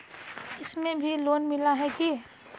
इसमें भी लोन मिला है की